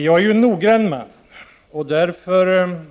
Jag är en noggrann man, och därför